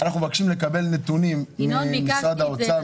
אנחנו מבקשים לקבל נתונים ממשרד האוצר,